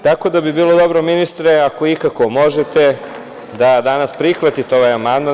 Tako da bi bilo dobro, ministre ako ikako možete da danas prihvatite ovaj amandman.